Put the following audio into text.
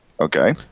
Okay